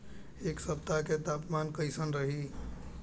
एह सप्ताह के तापमान कईसन रही?